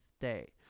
day